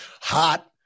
hot